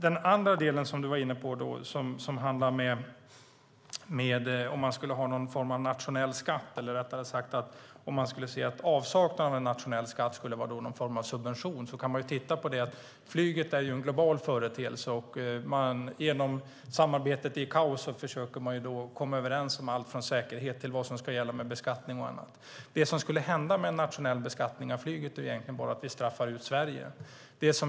Den andra frågan handlade om detta att avsaknaden av en nationell skatt skulle vara någon form av subvention. Flyget är en global företeelse. Genom samarbete i kaos försöker man komma överens om allt från säkerhet till vad som ska gälla om beskattning och annat. Genom en nationell beskattning av flyget skulle vi bara straffa ut Sverige.